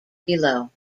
below